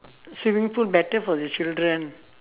swimming pool better for the children